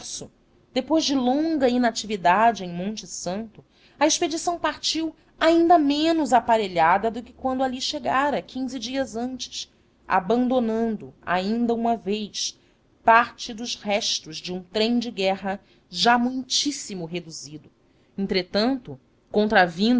o inverso depois de longa inatividade em monte santo a expedição partiu ainda menos aparelhada do que quando ali chegara quinze dias antes abandonando ainda uma vez parte dos restos de um trem de guerra já muitíssimo reduzido entretanto